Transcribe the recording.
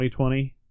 2020